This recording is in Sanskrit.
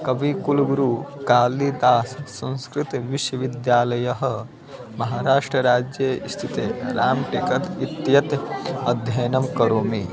कविकुलगुरुः कालिदाससंस्कृतविश्वविद्यालयः महाराष्ट्रराज्ये स्थिते राम् टिकतः इत्येतत् अध्ययनं करोमि